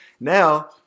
Now